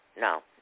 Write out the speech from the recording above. No